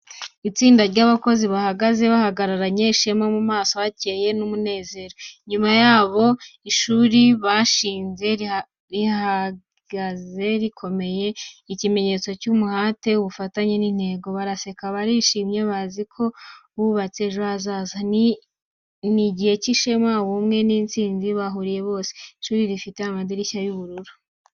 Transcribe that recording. Itsinda ry’abakozi bahagaze bahagararanye ishema, mu maso hakeye n’umunezero. Inyuma yabo, ishuri bashinze rirahagaze rikomeye, ikimenyetso cy’umuhate, ubufatanye n’intego. Baraseka, barishimye, bazi ko bubatse ejo hazaza. Ni igihe cy’ishema, ubumwe n’intsinzi bahuriye bose. Ishuri rifite amadirishya y'ubururu.